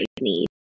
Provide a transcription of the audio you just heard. need